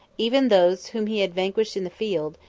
even those whom he had vanquished in the field,